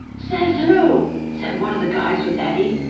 says who? said one of the guys with eddie.